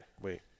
Wait